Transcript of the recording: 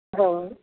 ਹਾਂ